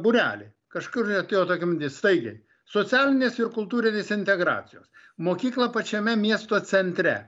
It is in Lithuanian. būrelį kažkur atėjo tokia mintis staigiai socialinės ir kultūrinės integracijos mokykla pačiame miesto centre